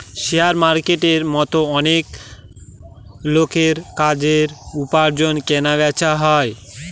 share মার্কেটের মতো অনেক লোকের কাজের, উপার্জনের কেনা বেচা হয়